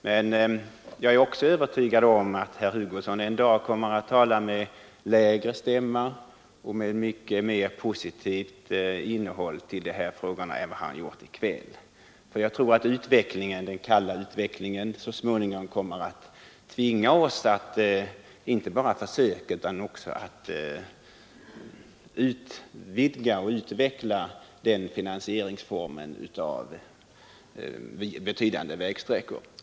Jag är också övertygad om att herr Hugosson en dag kommer att tala med lägre stämma och mycket mera positivt om denna fråga än han har gjort i kväll. Jag tror nämligen att den kalla utvecklingen så småningom kommer att tvinga oss inte bara till att på försök införa utan till att utvidga och utveckla den här finansieringsformen för betydande vägsträckor.